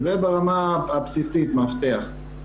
זה ברמה הבסיסית, של מאבטח.